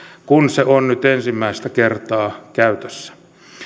kun se on nyt ensimmäistä kertaa käytössä